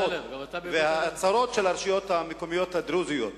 הצרות של הרשויות המקומיות הדרוזיות.